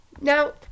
Now